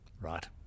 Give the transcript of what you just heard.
right